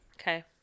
Okay